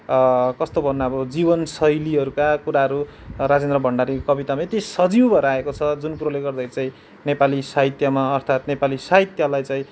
कस्तो भन्नु अब जीवन शैलीहरूका कुराहरू राजेन्द्र भण्डारीको कवितामा यति सजीव भएर आएको छ जुन कुरोले गर्दाखेरि चाहिँ नेपाली साहित्यमा अर्थात् नेपाली साहित्यलाई चाहिँ